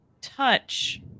touch